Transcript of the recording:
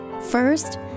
First